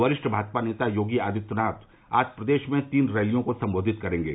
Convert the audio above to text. वरिष्ठ भाजपा नेता योगी आदित्यनाथ आज प्रदेश में तीन रैलियों को संबोधित करेंगे